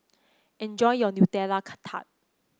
enjoy your Nutella Tart